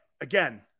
again